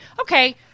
Okay